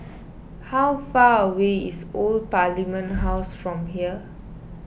how far away is Old Parliament House from here